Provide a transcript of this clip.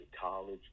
college